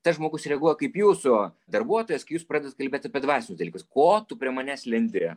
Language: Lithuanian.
tas žmogus reaguoja kaip jūsų darbuotojas kai jūs pradedat kalbėt apie dvasinius dalykus ko tu prie manęs lendi